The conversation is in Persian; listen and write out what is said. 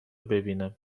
ببینم